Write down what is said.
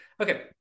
Okay